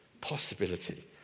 Possibility